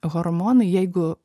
hormonai jeigu